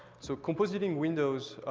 so compositing windows,